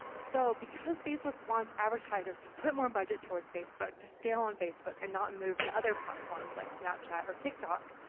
so because facebook wants advertisers to put more budget towards facebook, to scale on facebook, and not move to other platforms like snapchat or tiktok,